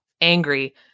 angry